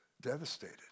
Devastated